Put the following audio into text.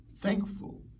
Thankful